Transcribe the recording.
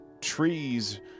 Trees